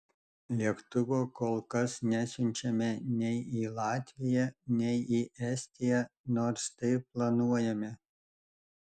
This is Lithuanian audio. lėktuvo kol kas nesiunčiame nei į latviją nei į estiją nors tai planuojame